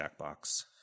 Jackbox